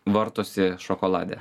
vartosi šokolade